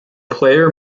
player